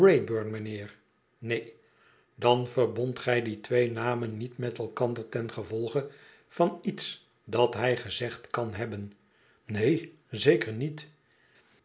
ineen idan verbondt gij die twee namen niet met elkander ten gevolge van iets dat hij gezegd kan hebben neen zeker niet